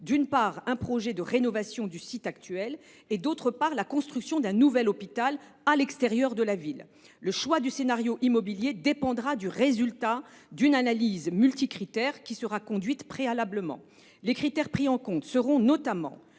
d’une part, un projet de rénovation du site actuel ; d’autre part, la construction d’un nouvel hôpital à l’extérieur de la ville. Le choix du scénario immobilier dépendra du résultat de l’étude d’une analyse multicritère qui sera conduite préalablement. Les critères pris en compte seront notamment